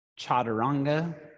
Chaturanga